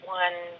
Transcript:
one